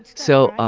so, um